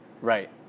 Right